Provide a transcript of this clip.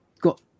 got